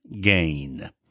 gain